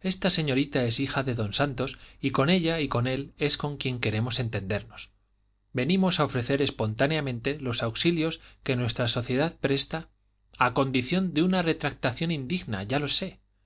esta señorita es hija de don santos y con ella y con él es con quien queremos entendernos venimos a ofrecer espontáneamente los auxilios que nuestra sociedad presta a condición de una retractación indigna ya lo sé